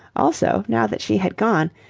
also, now that she had gone,